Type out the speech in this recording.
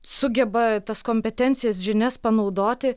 sugeba tas kompetencijas žinias panaudoti